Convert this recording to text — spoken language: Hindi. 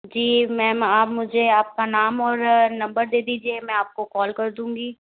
जी मेम आप मुझे आपका नाम और नंबर दे दीजिए मैं आपको कॉल कर दूँगी